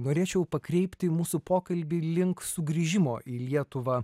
norėčiau pakreipti mūsų pokalbį link sugrįžimo į lietuvą